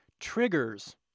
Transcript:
triggers